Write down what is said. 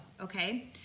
okay